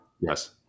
Yes